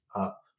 up